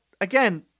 again